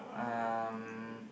um